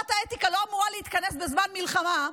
ועדת האתיקה לא אמורה להתכנס בזמן מלחמה,